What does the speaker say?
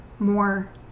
more